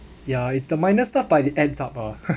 ya it's the minor stuff but it adds up ah